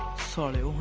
sunny